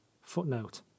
Footnote